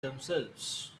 themselves